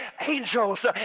angels